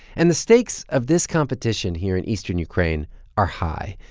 and the stakes of this competition here in eastern ukraine are high.